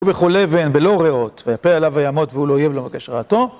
או בכל־אבן ... בלא ראות ויפל עליו וימת והוא לא־אויב לו ולא מבקש רעתו